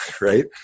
right